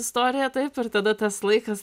istoriją taip ir tada tas laikas